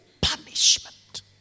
punishment